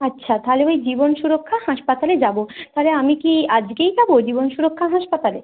আচ্ছা তাহলে ওই জীবন সুরক্ষা হাসপাতালে যাব তাহলে আমি কি আজকেই যাব জীবন সুরক্ষা হাসপাতালে